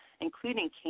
including